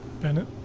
Bennett